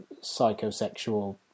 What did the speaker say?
psychosexual